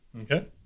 Okay